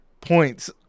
points